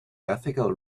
ethical